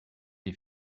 des